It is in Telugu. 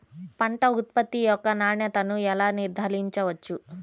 పంట ఉత్పత్తి యొక్క నాణ్యతను ఎలా నిర్ధారించవచ్చు?